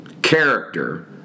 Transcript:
Character